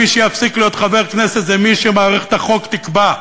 מי שיפסיק להיות חבר כנסת זה מי שמערכת החוק תקבע,